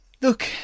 Look